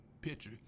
picture